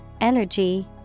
energy